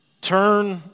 Turn